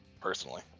personally